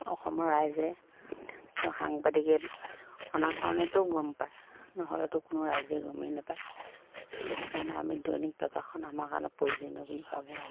অসমৰ ৰাইজে তেওঁ সাংবাদিকে অনাৰ কাৰণেতো গম পায় নহ'লেতো কোনো ৰাইজে গমেই নাপায় সেইটো কাৰণে আমি দৈনিক পেপাৰখন আমাৰ কাৰণে প্ৰয়োজনীয় বুলি ভাবোঁ আমি